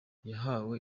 yahawe